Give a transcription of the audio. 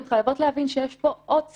אתן חייבות להבין שיש פה עוד צד,